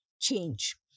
change